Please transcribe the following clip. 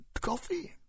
coffee